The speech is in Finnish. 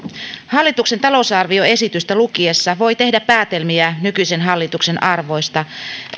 hallituksen talousarvioesitystä lukiessa voi tehdä päätelmiä nykyisen hallituksen arvoista